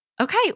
okay